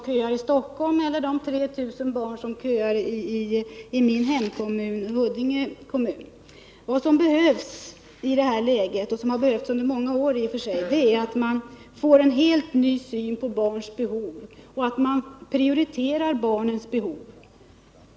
Vad som behövs i det här läget och som i och för sig har behövts under många år är en helt ny syn på barns behov och att man prioriterar barnens behov.